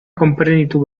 konprenitu